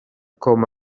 com